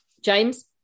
James